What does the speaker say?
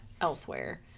elsewhere